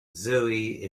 zoe